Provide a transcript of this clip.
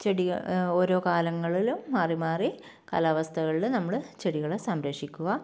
ചെടികളെ ഓരോ കാലങ്ങളിലും മാറി മാറി കാലാവസ്ഥകളിൽ നമ്മൾ ചെടികളെ സംരക്ഷിക്കുക